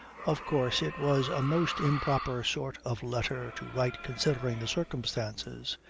of course it was a most improper sort of letter to write considering the circumstances.